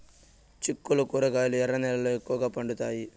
చిక్కుళ్లు కూరగాయలు ఎర్ర నేలల్లో ఎక్కువగా పండుతాయా